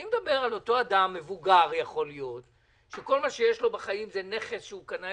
אני מדבר על אותו אדם מבוגר שכל מה שיש לו בחיים הוא נכס שקנה